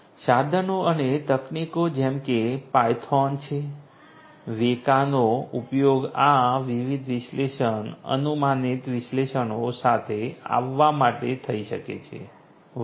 સાધનો અને તકનીકો જેમ કે પાયથોન છે વેકાનો ઉપયોગ આ વિવિધ વિશ્લેષણ અનુમાનિત વિશ્લેષણો સાથે આવવા માટે થઈ શકે છે વગેરે